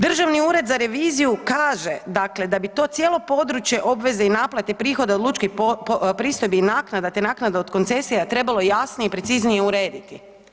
Državni ured za reviziju kaže, dakle da bi to cijelo područje obveze i naplate prihoda od lučki, pristojbi i naknada, te naknada od koncesija, trebalo jasnije i preciznije urediti.